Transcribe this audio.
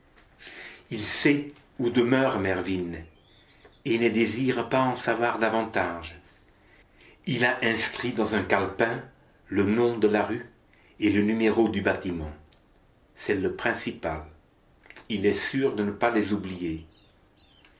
il sait où demeure mervyn et ne désire pas en savoir davantage il a inscrit dans un calepin le nom de la rue et le numéro du bâtiment c'est le principal il est sûr de ne pas les oublier